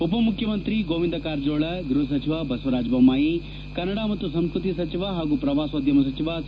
ಉಪ ಮುಖ್ಯಮಂತ್ರಿ ಗೋವಿಂದ ಕಾರಜೋಳ ಗೃಹ ಸಚಿವ ಬಸವ ರಾಜ ಬೊಮ್ದಾಯಿ ಕನ್ನಡ ಮತ್ತು ಸಂಸ್ಕೃತಿ ಸಚಿವ ಹಾಗೂ ಪ್ರವಾಸದ್ದೋಮ ಸಚಿವ ಸಿ